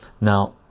Now